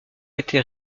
été